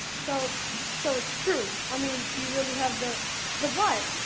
so so it's true, i mean, do you really have the the what?